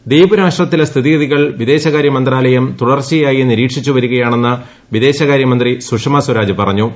ദ്വീപ് രാഷ്ട്രത്തിലെ സ്ഥിതിഗതികൾ വിദേശകാര്യമന്ത്രാലയം തുടർച്ചയായി നിരീക്ഷിച്ചു വരികയാണെന്ന് വിദേശകാര്യമന്ത്രി സുഷമ സ്വരാജ് പറഞ്ഞു